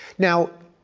now,